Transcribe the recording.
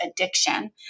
addiction